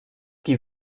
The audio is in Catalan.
qui